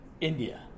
India